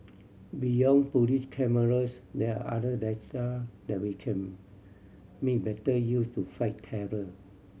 beyond police cameras there are other data that we can make better use to fight terror